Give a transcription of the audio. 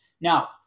Now